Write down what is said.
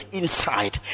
inside